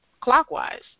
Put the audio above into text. clockwise